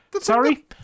Sorry